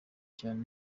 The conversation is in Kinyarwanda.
cyane